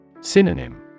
Synonym